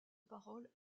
parole